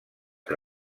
que